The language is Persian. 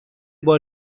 بار